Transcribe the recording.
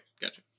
gotcha